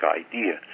idea